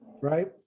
right